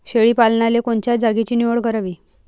शेळी पालनाले कोनच्या जागेची निवड करावी?